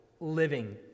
living